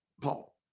Paul